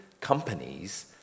companies